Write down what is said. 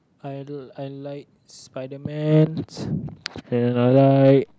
I l~ I like Spiderman and I like